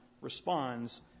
responds